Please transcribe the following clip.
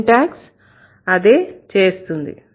syntax అదే చేస్తుంది